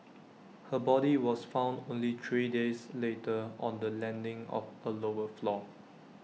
her body was found only three days later on the landing of A lower floor